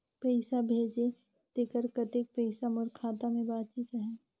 पइसा भेजे तेकर कतेक पइसा मोर खाता मे बाचिस आहाय?